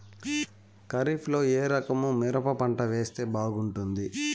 ఖరీఫ్ లో ఏ రకము మిరప పంట వేస్తే బాగుంటుంది